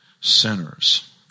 sinners